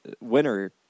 winner